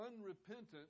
unrepentant